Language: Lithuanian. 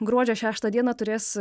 gruodžio šeštą dieną turės